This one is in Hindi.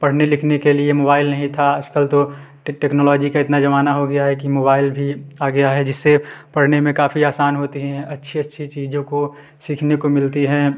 पढ़ने लिखने के लिए मोबाइल नहीं था आज कल तो टेक्नोलॉजी का इतना ज़माना हो गया है कि मोबाइल भी आ गया है जिससे पढ़ने में काफ़ी आसान होती हैं अच्छी अच्छी चीज़ों को सीखने को मिलती हैं